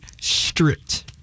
stripped